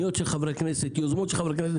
הנגב, ביחס לאזורים אחרים בישראל,